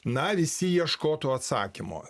na visi ieškotų atsakymo